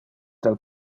del